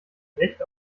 recht